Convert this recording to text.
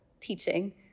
teaching